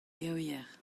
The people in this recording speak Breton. gevier